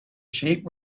sheep